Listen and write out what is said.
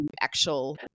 actual